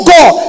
God